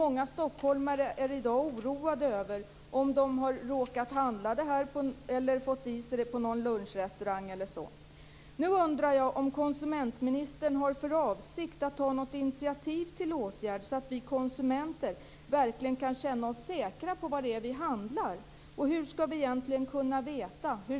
Många stockholmare är i dag oroade över om de har råkat köpa sådant kött eller fått det i sig på någon lunchrestaurang. Hur skall vi egentligen kunna veta det?